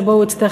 שבו הוא יצטרך